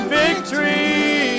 victory